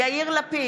יאיר לפיד,